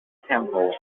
temple